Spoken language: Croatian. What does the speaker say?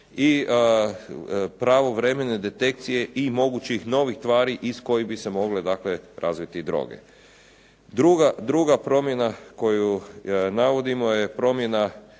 i pravovremene detekcije i mogućih novih tvari iz kojih bi se mogle, dakle razviti droge. Druga promjena koju navodimo je promjena